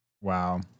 Wow